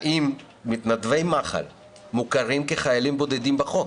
האם מתנדבי מח"ל מוכרים כחיילים בודדים בחוק?